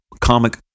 comic